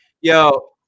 Yo